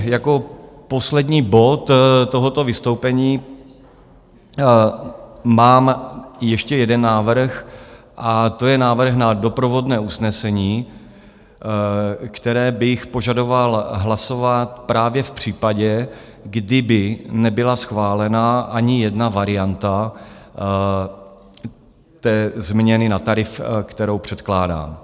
Jako poslední bod tohoto vystoupení mám ještě jeden návrh a to je návrh na doprovodné usnesení, které bych požadoval hlasovat právě v případě, kdyby nebyla schválena ani jedna varianta té změny na tarif, kterou předkládám.